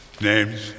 Names